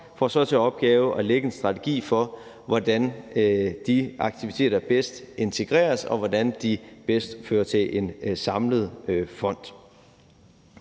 får så til opgave at lægge en strategi for, hvordan de aktiviteter bedst integreres, og hvordan de bedst fører til en samlet fond.